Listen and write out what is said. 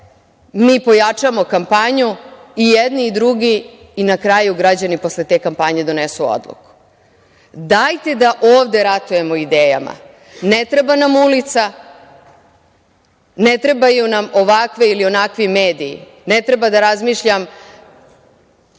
mi pojačamo kampanju, i jedni i drugi, i na kraju građani posle te kampanje donesu odluku. Dajte da ovde ratujemo idejama. Ne treba nam ulica, ne trebaju nam ovakvi ili onakvi mediji, ne treba da razmišljam